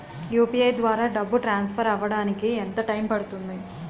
UPI ద్వారా డబ్బు transfer అవ్వడానికి ఎంత టైం పడుతుంది?